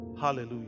Hallelujah